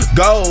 go